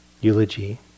eulogy